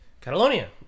catalonia